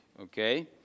okay